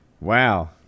Wow